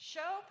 Show